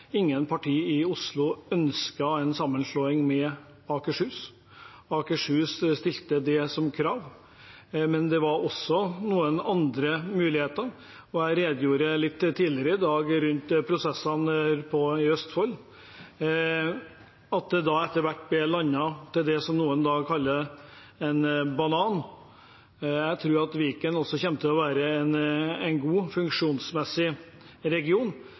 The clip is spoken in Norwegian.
Ingen parti i Oslo ønsket en sammenslåing med Akershus. Akershus stilte det som et krav, men det var også noen andre muligheter. Jeg redegjorde litt tidligere i dag for prosessene i Østfold og at det etter hvert ble landet og ble til det som noen kaller en «banan». Jeg tror at Viken også kommer til å være en funksjonsmessig god region.